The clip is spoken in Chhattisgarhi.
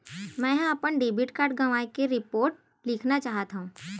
मेंहा अपन डेबिट कार्ड गवाए के रिपोर्ट लिखना चाहत हव